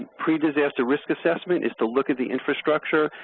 pre-disaster risk assessment is to look at the infrastructure,